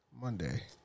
Monday